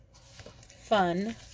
fun